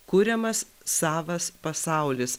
kuriamas savas pasaulis